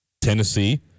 Tennessee